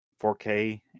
4k